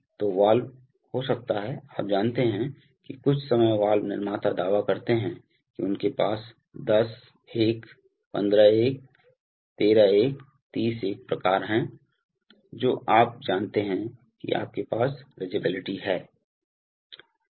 तो वाल्व हो सकता है आप जानते हैं कि कुछ समय वाल्व निर्माता दावा करते हैं कि उनके पास 10 1 15 1 13 1 30 1 प्रकार है जो आप जानते हैं कि आपके पास रेज़ेबिलिटी हैं